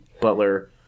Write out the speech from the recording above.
Butler